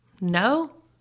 no